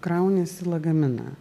krauniesi lagaminą